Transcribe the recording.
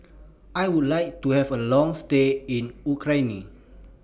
I Would like to Have A Long stay in Ukraine